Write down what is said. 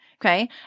okay